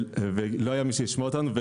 לא היה מי שישמע אותנו.